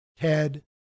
Ted